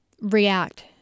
react